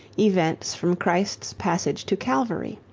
events from christ's passage to calvary.